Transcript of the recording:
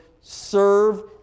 serve